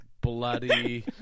bloody